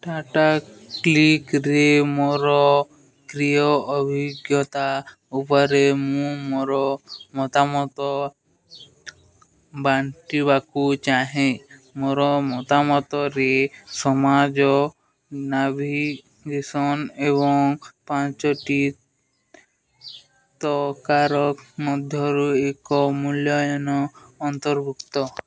ଟାଟା କ୍ଲିକ୍ରେ ମୋର କ୍ରୀୟ ଅଭିଜ୍ଞତା ଉପରେ ମୁଁ ମୋର ମତାମତ ବାଣ୍ଟିବାକୁ ଚାହେଁ ମୋର ମତାମତରେ ସମାଜ ନାଭିଗେସନ୍ ଏବଂ ପାଞ୍ଚଟି ତକାର ମଧ୍ୟରୁ ଏକ ମୂଲ୍ୟାୟାନ ଅନ୍ତର୍ଭୁକ୍ତ